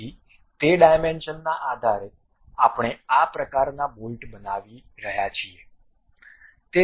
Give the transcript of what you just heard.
તેથી તે ડાયમેન્શનના આધારે આપણે આ પ્રકારના બોલ્ટ બનાવી રહ્યા છીએ